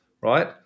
right